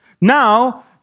Now